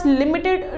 limited